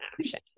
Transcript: action